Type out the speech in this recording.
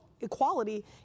equality